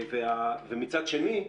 ומצד שני,